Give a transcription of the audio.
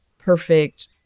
perfect